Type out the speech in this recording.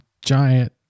giant